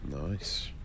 Nice